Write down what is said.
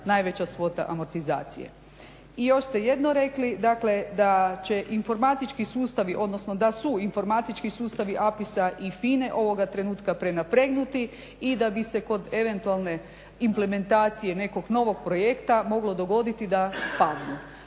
sustavi, odnosno da su informatički sustavi APIS-a i FINA-e ovoga trenutka prenapregnuti i da bi se kod eventualne implementacije nekog novog projekta moglo dogoditi da padnu.